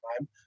time